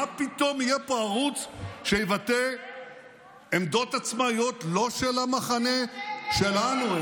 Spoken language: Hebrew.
מה פתאום שיהיה פה ערוץ שיבטא עמדות עצמאיות לא של המחנה שלנו?